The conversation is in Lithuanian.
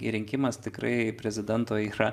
rinkimas tikrai prezidento yra